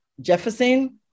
Jefferson